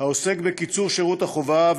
העוסק בקיצור שירות החובה,